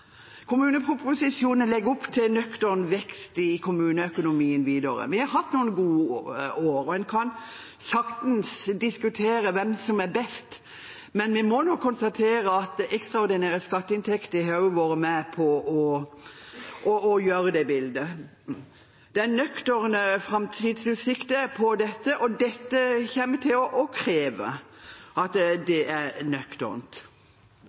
Kommuneproposisjonen legger opp til en nøktern vekst i kommuneøkonomien videre. Vi har hatt noen gode år, og en kan saktens diskutere hvem som er best, men vi må nok konstatere at ekstraordinære skatteinntekter også har vært med på å lage det bildet. Det er nøkterne framtidsutsikter for dette, og det kommer til å kreves at det er nøkternt. Det er veldig lett bare å si at